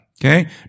Okay